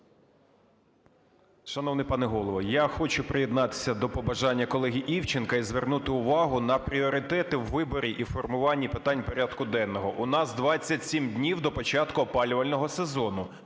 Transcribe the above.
Шановний пане Голово, я хочу приєднатися до побажання колеги Івченка і звернути увагу на пріоритети у виборі і формуванні питань порядку денного. У нас 27 днів до початку опалювального сезону,